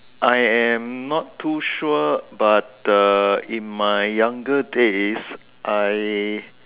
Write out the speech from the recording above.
I am not too sure but uh in my younger days I